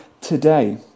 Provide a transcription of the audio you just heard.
today